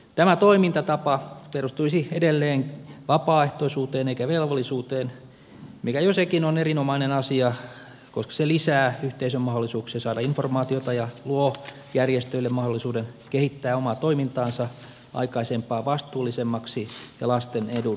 tämä toimintatapa perustuisi edelleen vapaaehtoisuuteen eikä velvollisuuteen mikä jo sekin on erinomainen asia koska se lisää yhteisön mahdollisuuksia saada informaatiota ja luo järjestöille mahdollisuuden kehittää omaa toimintaansa aikaisempaa vastuulli semmaksi ja lasten edun huomioivaksi